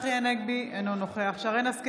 צחי הנגבי, אינו נוכח שרן מרים השכל,